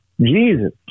Jesus